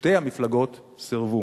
שתי המפלגות סירבו.